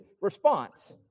response